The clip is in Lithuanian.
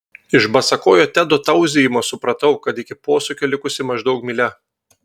iš basakojo tedo tauzijimo supratau kad iki posūkio likusi maždaug mylia